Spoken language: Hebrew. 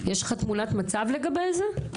יש לך תמונת מצב לגבי זה?